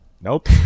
nope